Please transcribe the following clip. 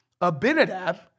Abinadab